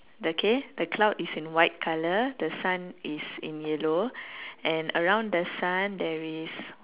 okay the cloud is in white colour the sun is in yellow and around the sun there is